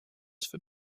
for